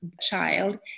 child